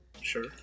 Sure